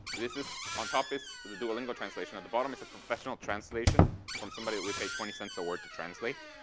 this is on top is the duolingo translation. on the bottom is a professional translation from somebody that we paid twenty cents a word to translate.